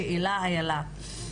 השאלה איילת,